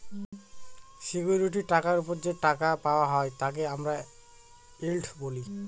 security টাকার ওপর যে টাকা পাওয়া হয় তাকে আমরা ইল্ড বলি